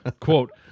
Quote